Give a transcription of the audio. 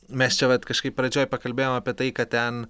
mes čia vat kažkaip pradžioj pakalbėjom apie tai kad ten